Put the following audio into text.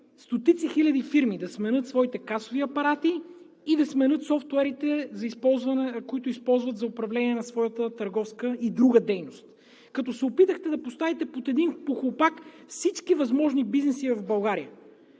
стотици хиляди фирми да сменят своите касови апарати и да сменят софтуерите, които използват за управление на своята търговска и друга дейност, като се опитахте да поставите под един похлупак всички възможни бизнеси в България.